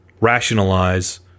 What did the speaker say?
rationalize